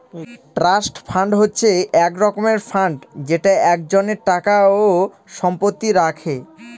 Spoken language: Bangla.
ট্রাস্ট ফান্ড হচ্ছে এক রকমের ফান্ড যেটা একজনের টাকা ও সম্পত্তি রাখে